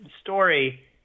story